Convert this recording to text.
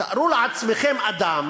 תארו לעצמכם אדם